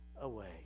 away